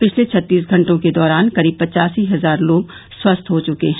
पिछले छत्तीस घंटों के दौरान करीब पचासी हजार लोग स्वस्थ हो चुके हैं